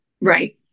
right